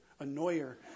annoyer